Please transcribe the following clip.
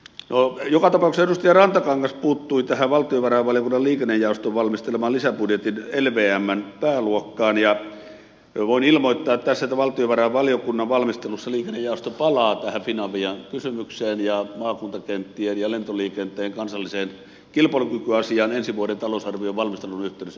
joka tapauksessa edustaja rantakangas puuttui tähän valtiovarainvaliokunnan liikennejaoston valmistelemaan lisäbudjetin lvmn pääluokkaan ja voin ilmoittaa tässä että valtiovarainvaliokunnan valmistelussa liikennejaosto palaa tähän finavian kysymykseen ja maakuntakenttien ja lentoliikenteen kansalliseen kilpailukykyasiaan ensi vuoden talousarvion valmistelun yhteydessä nyt syksyllä